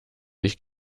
ich